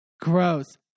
gross